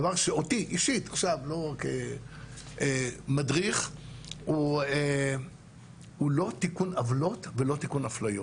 הדבר שאותי אישית עכשיו מדריך הוא לא תיקון עוולות ולא תיקון אפליות,